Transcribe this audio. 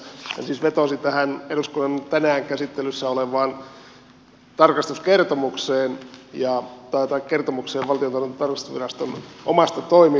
hän siis vetosi tähän eduskunnan tänään käsittelyssä olevaan kertomukseen valtiontalouden tarkastusviraston omasta toiminnasta